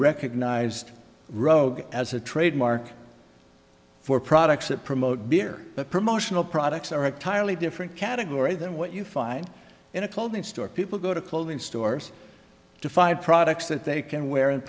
recognized rogue as a trademark for products that promote beer but promotional products are entirely different category than what you find in a clothing store people go to clothing stores to find products that they can wear in